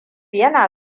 yana